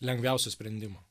lengviausio sprendimo